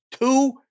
two